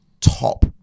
top